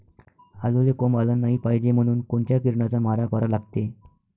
आलूले कोंब आलं नाई पायजे म्हनून कोनच्या किरनाचा मारा करा लागते?